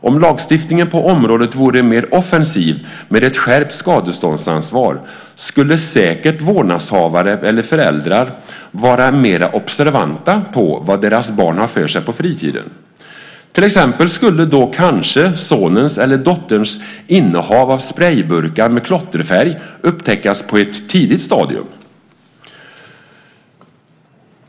Om lagstiftningen på området vore mer offensiv, med ett skärpt skadeståndsansvar, skulle säkert föräldrar eller andra vårdnadshavare vara mer observanta på vad barnen har för sig på fritiden. Till exempel skulle kanske sonens eller dotterns innehav av sprejburkar med klotterfärg upptäckas på ett tidigt stadium.